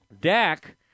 Dak